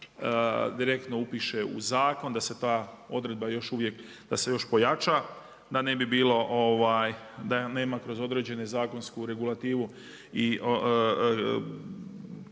direktno upiše u zakon, da se ta odredba još uvijek da se još pojača da ne bi bilo da nema kroz određenu zakonsku regulativu